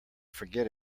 forget